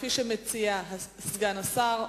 כפי שמציע סגן השר,